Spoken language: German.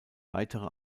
weitere